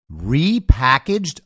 Repackaged